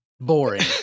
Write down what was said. boring